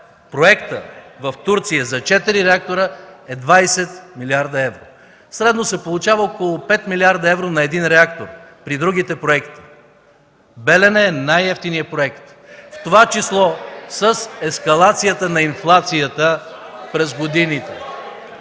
Проектът в Турция за 4 реактора е 20 млрд. евро. Средно се получава около 5 млрд. евро на един реактор при другите проекти. „Белене” е най-евтиният проект. (Смях от ГЕРБ.) В това число с ескалацията на инфлацията през годините.